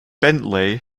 bentley